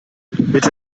bitte